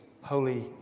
holy